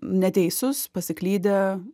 neteisūs pasiklydę